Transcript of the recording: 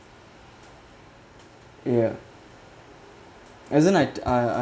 yup as in I uh I